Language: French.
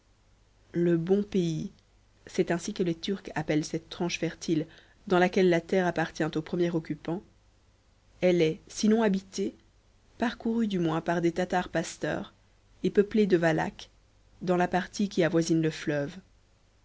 le bon pays c'est ainsi que les turcs appellent cette tranche fertile dans laquelle la terre appartient au premier occupant elle est sinon habitée parcourue du moins par des tatars pasteurs et peuplée de valaques dans la partie qui avoisine le fleuve